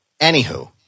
Anywho